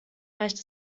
reicht